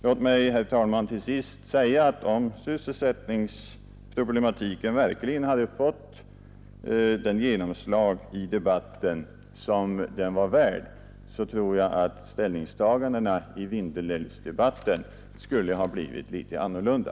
Låt mig, herr talman, till sist säga att om sysselsättningsproblematiken verkligen hade fått det genomslag i debatten som den är värd, tror jag att ställningstagandena i Vindelälvsdebatten skulle ha blivit litet annorlunda.